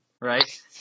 right